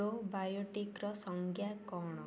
pro ବାୟୋଟିକ୍ର ସଂଜ୍ଞା କ'ଣ